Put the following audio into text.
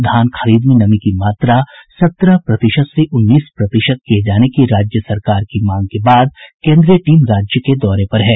धान खरीद में नमी की मात्रा सत्रह प्रतिशत से उन्नीस प्रतिशत किये जाने की राज्य सरकार की मांग के बाद केंद्रीय टीम राज्य के दौरे पर है